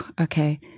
okay